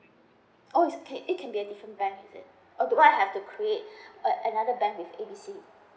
oh is it can be a different bank is it or do I have to create a another bank at A B C